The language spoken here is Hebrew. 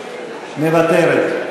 מוותרת.